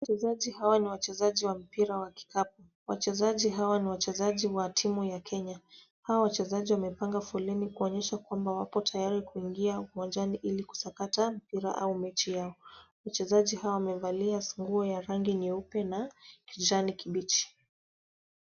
Wachezaji hawa ni wachezaji wa mpira wa kikapu, wachezaji hawa ni wachezaji wa timu ya Kenya. Hawa wachezaji wamepanga foleni kuonyesha kwamba wapo tayari kuingia uwanjani ili kusakata mpira au mechi yao. Wachezaji hawa wamevalia nguo ya rangi nyeupe na kijani kibichi.